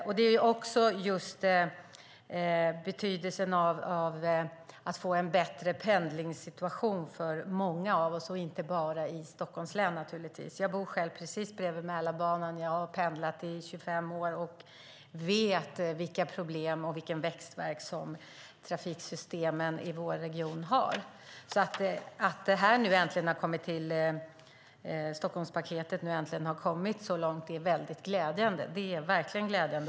Det gäller naturligtvis betydelsen av att få en bättre pendlingssituation för många av oss, inte bara i Stockholms län. Jag bor själv precis bredvid Mälarbanan, och jag har pendlat i 25 år. Jag vet vilka problem och vilken växtvärk som trafiksystemen i vår region har. Att Stockholmspaketet nu äntligen har kommit så långt är verkligen glädjande.